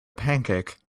pancake